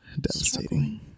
devastating